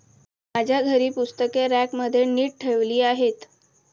माझ्या घरी पुस्तके रॅकमध्ये नीट ठेवली आहेत